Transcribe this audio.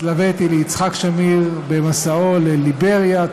התלוויתי ליצחק שמיר במסעו לליבריה,